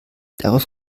darauf